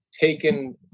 taken